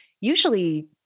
usually